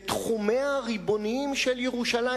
בתחומיה הריבוניים של ירושלים,